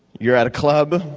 you're at a club,